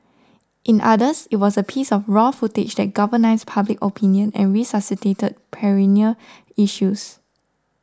in others it was a piece of raw footage that galvanised public opinion and resuscitated perennial issues